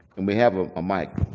and we have a ah mic.